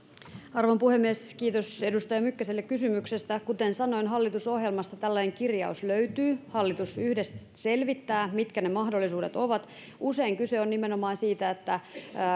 arvon puhemies kiitos edustaja mykkäselle kysymyksestä kuten sanoin hallitusohjelmasta tällainen kirjaus löytyy hallitus yhdessä selvittää mitkä ne mahdollisuudet ovat usein kyse on nimenomaan siitä että